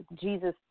Jesus